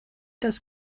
das